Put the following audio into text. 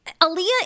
Aaliyah